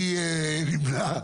מי נמנע?